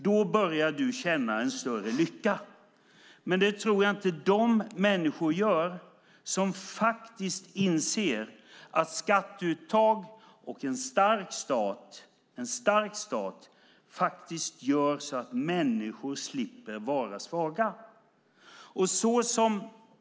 Då börjar du känna en större lycka. Det tror jag inte att de människor gör som inser att skatteuttag och en stark stat gör att människor slipper vara svaga.